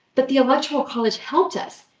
but the electoral college helped us.